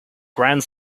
grand